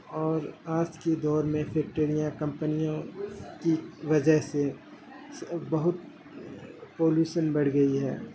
اور آج کی دور میں فیکٹریاں کمپنیوں کی وجہ سے بہت پولوشن بڑھ گئی ہے